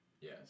Yes